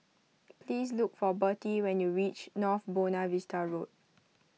please look for Bertie when you reach North Buona Vista Road